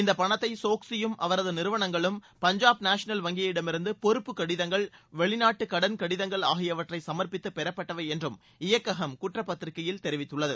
இந்த பணத்தை சோக்ஸ்கியும் அவரது நிறுவனங்களும் பஞ்சாப் நேஷ்னல் வங்கியிடமிருந்து பொறுப்பு கடிதங்கள் வெளிநாட்டு கடன் கடிதங்கள் ஆகியவற்றை சம்பித்து பெறபட்டவை என்றும் இயக்ககம் குற்றப்பத்திரிக்கையில் தெரிவித்துள்ளது